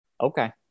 Okay